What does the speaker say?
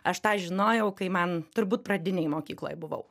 aš tą žinojau kai man turbūt pradinėj mokykloj buvau